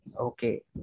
Okay